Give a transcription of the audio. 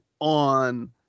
on